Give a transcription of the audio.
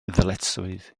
ddyletswydd